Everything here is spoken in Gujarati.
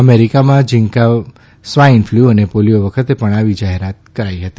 અમેરિકામાં ઝીકા સ્વાઈન ફ્લુથ અને પોલીયો વખતે પણ આવી જાહેરાત કરાઈ હતી